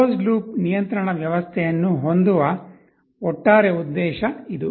closed loop ನಿಯಂತ್ರಣ ವ್ಯವಸ್ಥೆಯನ್ನು ಹೊಂದುವ ಒಟ್ಟಾರೆ ಉದ್ದೇಶ ಇದು